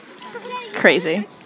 Crazy